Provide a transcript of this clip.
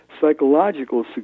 psychological